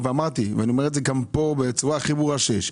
אמרתי, ואני אומר גם כאן בצורה הכי ברורה שיש,